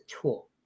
tool